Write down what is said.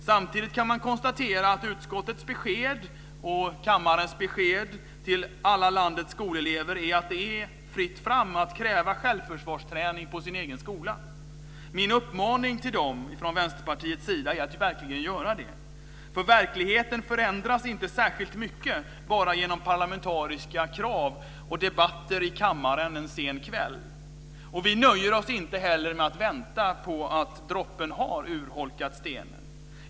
Samtidigt kan man konstatera att utskottets och kammarens besked till alla landets skolelever är att det är fritt fram att kräva självförsvarsträning på sin egen skola. Min och Vänsterpartiets uppmaning till dem är att verkligen göra det. Verkligheten förändras inte särskilt mycket bara genom parlamentariska krav och debatter i kammaren en sen kväll. Vi nöjer oss inte heller med att vänta på att droppen har urholkat stenen.